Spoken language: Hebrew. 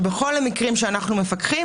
שבכל המקרים שאנחנו מפקחים,